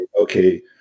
okay